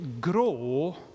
grow